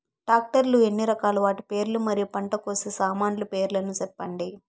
Tractor లు ఎన్ని రకాలు? వాటి పేర్లు మరియు పంట కోసే సామాన్లు పేర్లను సెప్పండి?